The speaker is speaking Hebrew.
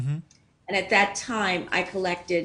בזמנו אספתי